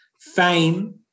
fame